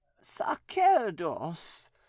Sacerdos